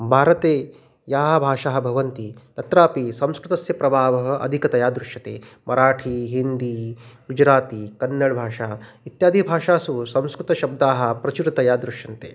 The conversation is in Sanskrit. भारते याः भाषाः भवन्ति तत्रापि संस्कृतस्य प्रभावः अधिकतया दृश्यते मराठी हिन्दी गुजराती कन्नडभाषा इत्यादिभाषासु संस्कृतशब्दाः प्रचुरतया दृश्यन्ते